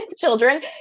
children